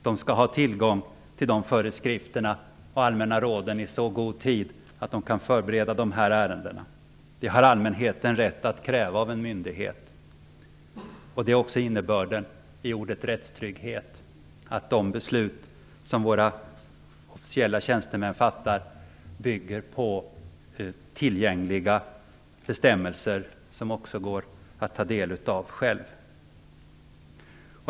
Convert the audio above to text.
De skall ha tillgång till föreskrifterna och de allmänna råden i så god tid att de kan förbereda de här ärendena. Det har allmänheten rätt att kräva av en myndighet. Innebörden av ordet rättstrygghet är just att de beslut som våra officiella tjänstemän fattar bygger på tillgängliga bestämmelser, som man också själv kan ta del av.